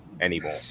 anymore